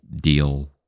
deal